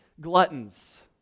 gluttons